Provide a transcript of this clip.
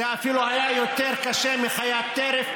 אולי גם נציע לסגור את הווקף,